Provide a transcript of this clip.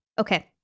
Okay